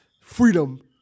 freedom